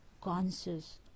conscious